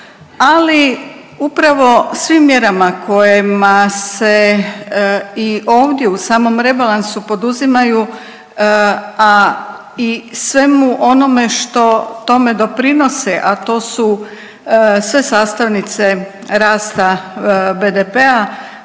ali upravo svim mjerama kojima se i ovdje u samom rebalansu poduzimaju, a i svemu onome što tome doprinose, a to su sve sastavnice rasta BDP-a